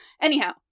Anyhow